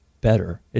better